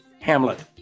Hamlet